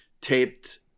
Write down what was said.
taped